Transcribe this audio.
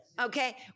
Okay